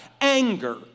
Anger